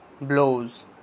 Blows